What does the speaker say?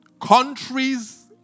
Countries